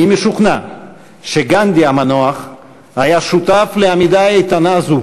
אני משוכנע שגנדי המנוח היה שותף לעמידה איתנה זו